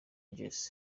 jazz